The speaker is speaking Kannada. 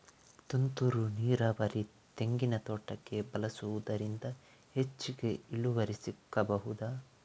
ತುಂತುರು ನೀರಾವರಿ ತೆಂಗಿನ ತೋಟಕ್ಕೆ ಬಳಸುವುದರಿಂದ ಹೆಚ್ಚಿಗೆ ಇಳುವರಿ ಸಿಕ್ಕಬಹುದ?